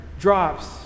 drops